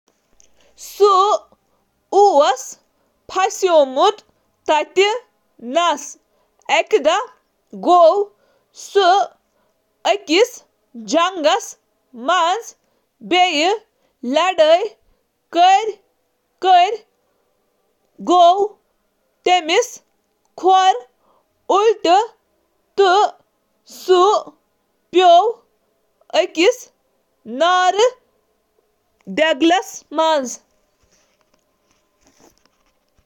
سُوٛ اوس تتہٕ پاسومٹ۔ اَکہِ دۄہ گوٚو سُہ جنٛگس منٛز تہٕ جدوجہد دوران ییٚتہِ أمۍ سُنٛد کھۄر مُڑِتھ نارٕ کِس بانَس منٛز پیوٚو۔